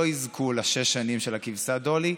לא יזכו לשש השנים של הכבשה דולי,